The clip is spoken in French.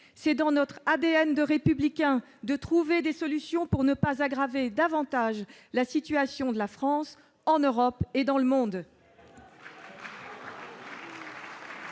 est dans notre ADN de républicains de trouver des solutions pour ne pas aggraver davantage la situation de la France en Europe et dans le monde.